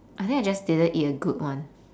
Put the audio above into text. I think I just didn't eat a good one